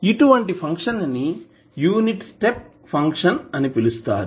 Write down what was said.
ఇటు వంటి ఫంక్షన్ ని యూనిట్ స్టెప్ ఫంక్షన్ అని పిలుస్తారు